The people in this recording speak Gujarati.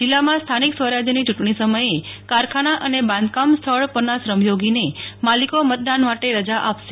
જિલ્લામાં સ્થાનિક સ્વરાજયની ચુટણી સમયે કારખાના અને બાંધકામ સ્થળ પરના શ્રમયોગીને માલિકો મતદાન માટે રજા આપશે